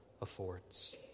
affords